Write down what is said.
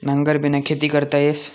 नांगरबिना खेती करता येस